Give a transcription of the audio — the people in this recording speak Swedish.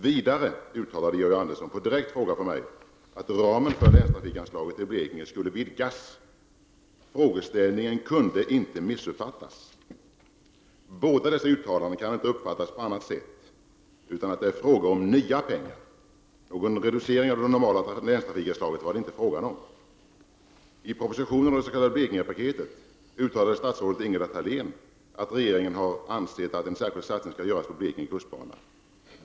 Vidare uttalade Georg Andersson på direkt fråga från mig att ramen för länstrafikanslaget i Blekinge skulle vidgas. Frågeställningen kunde inte missuppfattas. Dessa båda uttalanden kan inte uppfattas på annat sätt än att det är fråga om nya pengar. Någon reducering av det normala länstrafikanslaget var det inte fråga om. I propositionen om det s.k. Blekingepaketet uttalade statsrådet Ingela Thalén att regeringen har ansett att en särskild satsning skall göras på Blekinge kustbana.